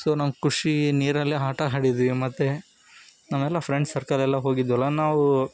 so ನಮ್ಗೆ ಖುಷಿ ನೀರಲ್ಲಿ ಆಟ ಆಡಿದ್ವಿ ಮತ್ತೆ ನಾವೆಲ್ಲ ಫ್ರೆಂಡ್ಸ್ ಸರ್ಕಲ್ಲೆಲ್ಲ ಹೋಗಿದ್ದೆವಲ್ಲ ನಾವು